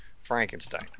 Frankenstein